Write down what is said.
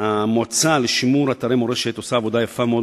המועצה לשימור אתרי מורשת עושה עבודה יפה מאוד,